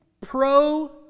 pro